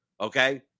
Okay